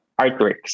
Artworks